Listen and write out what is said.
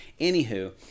Anywho